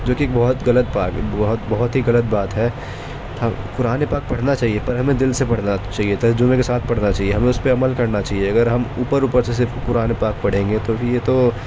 جو کہ ایک بہت غلط بات ہے بہت بہت ہی غلط بات ہے قرآن پاک پڑھنا چاہیے پر ہمیں دل سے پڑھنا چاہیے تھا ترجمے کے ساتھ پڑھنا چاہیے ہمیں اس پر عمل کرنا چاہیے اگر ہم اوپر اوپر سے صرف قرآن پاک پڑھیں گے تو پر یہ تو